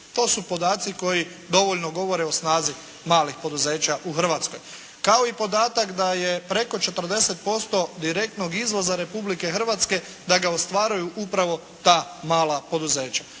To su podaci koji dovoljno govore o snazi malih poduzeća u Hrvatskoj kao i podatak da je preko 40% direktnog izvoza Republike Hrvatske da ga ostvaruju upravo ta mala poduzeća.